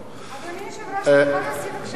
אדוני היושב-ראש, אתה מוכן להוסיף בבקשה אותי?